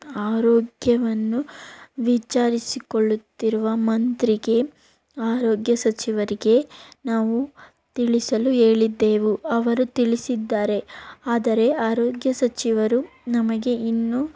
ಆರೋಗ್ಯವನ್ನು ವಿಚಾರಿಸಿಕೊಳ್ಳುತ್ತಿರುವ ಮಂತ್ರಿಗೆ ಆರೋಗ್ಯ ಸಚಿವರಿಗೆ ನಾವು ತಿಳಿಸಲು ಹೇಳಿದ್ದೆವು ಅವರು ತಿಳಿಸಿದ್ದಾರೆ ಆದರೆ ಆರೋಗ್ಯ ಸಚಿವರು ನಮಗೆ ಇನ್ನೂ